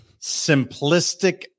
simplistic